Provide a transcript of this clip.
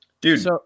dude